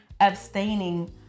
abstaining